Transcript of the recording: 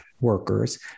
workers